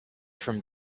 from